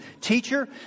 Teacher